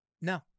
No